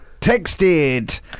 texted